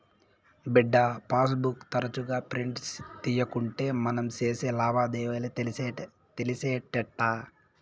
బిడ్డా, passbook తరచుగా print తీయకుంటే మనం సేసే లావాదేవీలు తెలిసేటెట్టా